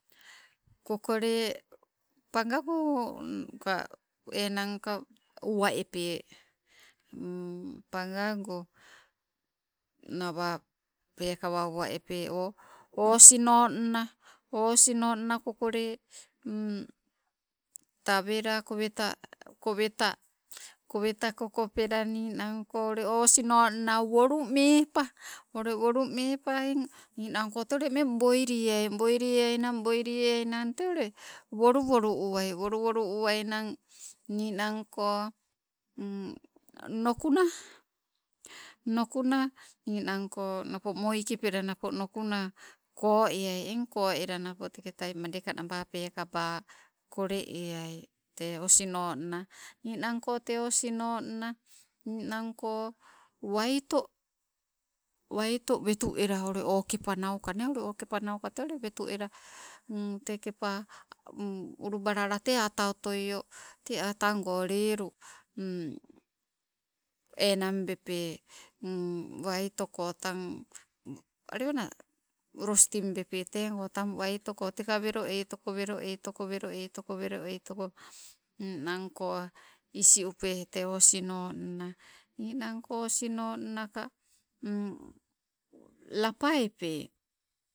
Kokole pagago ka enangka uwa epee. Pagago nawa, pekawa uwa epee, o osino o osinnona kokole tawe la koweta koweta. Koweta kokope ninang ule oh osinonna wolumepa oh ule wolumepa eng ninangko te ule meng boili eai bolienang te le, wolu wolu, wolu uwanang wolu wolu uwainang nukuna, nukuna ninangko napo moo ikipela napo nukuna ko eai eng, napo madeka naba pekaba kole eai te osinonna, ninangko te osinonna, ninangko waito, waito wetu ela ule o kepa nauka ne ule o kepa nauka te ule wetu te kepa ulubalala te ta otoi. Te ata goo lelu enang bepe waitoko tang waitoko teka welo eitoko, welo eitoko, welo eitoko, ninangko isi upe te osinonna, ninangko osinonna ka lapa epe